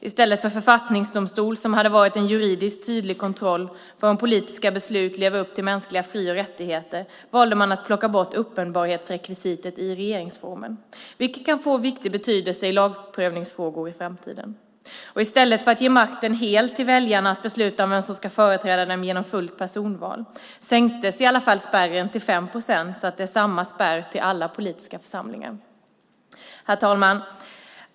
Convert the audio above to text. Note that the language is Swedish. I stället för en författningsdomstol, som hade varit en juridiskt tydlig kontroll av om politiska beslut lever upp till mänskliga fri och rättigheter, valde man att plocka bort uppenbarhetsrekvisitet i regeringsformen. Det kan få stor betydelse i lagprövningsfrågor i framtiden. I stället för att helt ge väljarna makten att besluta om vem som ska företräda dem genom personval tillämpat fullt ut sänktes i alla fall spärren till 5 procent så att det är samma spärr till alla politiska församlingar. Herr talman!